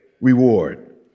reward